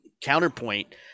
counterpoint